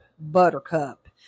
buttercup